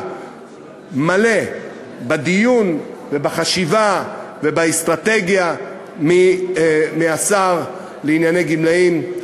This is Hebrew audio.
מלא בדיון ובחשיבה ובאסטרטגיה מהשר לענייני גמלאים,